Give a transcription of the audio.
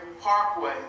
Parkway